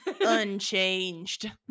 unchanged